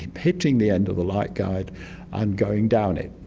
hitting the end of the light guide and going down it.